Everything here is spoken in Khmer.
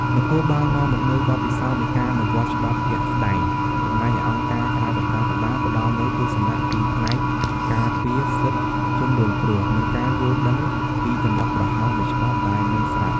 នគរបាលនាំមកនូវបទពិសោធន៍នៃការអនុវត្តច្បាប់ជាក់ស្ដែង ចំណែកឯអង្គការក្រៅរដ្ឋាភិបាលផ្ដល់នូវទស្សនៈពីផ្នែកការពារសិទ្ធិជនរងគ្រោះ និងការយល់ដឹងពីចន្លោះប្រហោងនៃច្បាប់ដែលមានស្រាប់។